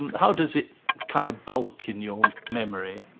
and how does it kind of bulk in your memory?